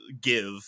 give